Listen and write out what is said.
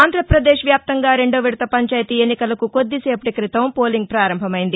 ఆంధ్రప్రదేశ్ వ్యాప్తంగా రెండో విడత పంచాయతీ ఎన్నికలకు కొద్ది సేపటి క్రితం పోలింగ్ ప్రారంభమైంది